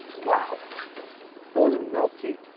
wow it was melty.